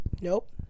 Nope